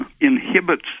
inhibits